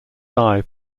die